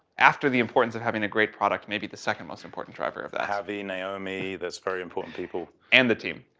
after the importance of having a great product, maybe the second most important driver of that. having naomi, these very important people. and the team,